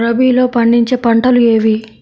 రబీలో పండించే పంటలు ఏవి?